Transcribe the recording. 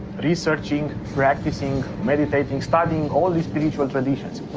researching, practicing, meditating, starting all be spiritual traditions.